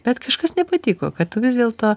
bet kažkas nepatiko kad tu vis dėlto